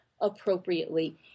appropriately